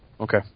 Okay